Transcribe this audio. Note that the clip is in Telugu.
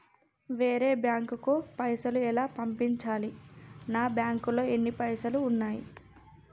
వేరే బ్యాంకుకు పైసలు ఎలా పంపించాలి? నా బ్యాంకులో ఎన్ని పైసలు ఉన్నాయి?